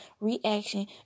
reaction